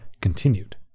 continued